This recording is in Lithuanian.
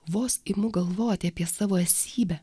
vos imu galvoti apie savo esybę